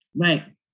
Right